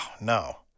no